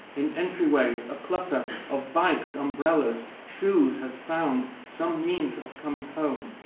in entryways a clutter of bikes, umbrellas, shoes has found some means of coming home.